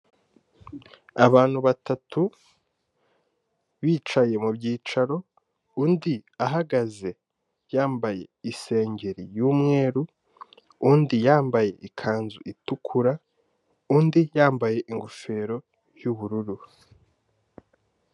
Abantu batatu bicaye mu byicaro, undi ahagaze yambaye isengeri y'umweru, undi yambaye ikanzu itukura, undi yambaye ingofero y'ubururu.